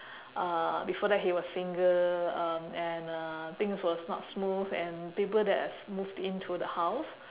uh before that he was single um and uh things was not smooth and people that have moved in to the house